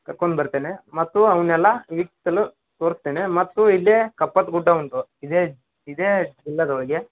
ಕರ್ಕೊಂಡ್ಬರ್ತೇನೆ ಮತ್ತು ಅವನ್ನೆಲ್ಲ ವೀಕ್ಷಿಸಲು ತೋರ್ಸಾತ್ತೀನಿ ಮತ್ತು ಇಲ್ಲೇ ಕಪ್ಪದ್ ಗುಡ್ಡ ಉಂಟು ಇದೇ ಇದೇ ಪಿಲ್ಲರ್ ಒಳಗೆ